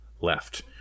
left